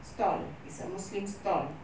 stall is a muslim stall